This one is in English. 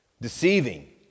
deceiving